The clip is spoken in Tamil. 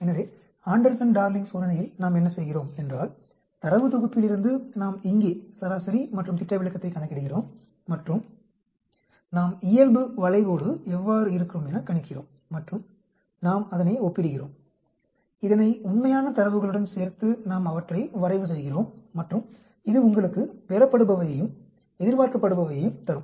எனவே ஆண்டர்சன் டார்லிங் சோதனையில் நாம் என்ன செய்கிறோம் என்றால் தரவுத் தொகுப்பிலிருந்து நாம் இங்கே சராசரி மற்றும் திட்ட விலக்கத்தைக் கணக்கிடுகிறோம் மற்றும் நாம் இயல்பு வளைகோடு எவ்வாறு இருக்கும் எனக் கணிக்கிறோம் மற்றும் நாம் அதனை ஒப்பிடுகிறோம் இதனை உண்மையான தரவுகளுடன் சேர்த்து நாம் அவற்றை வரைவு செய்கிறோம் மற்றும் இது உங்களுக்கு பெறப்படுவையையும் எதிர்பார்க்கப்படுபவையும் தரும்